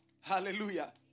Hallelujah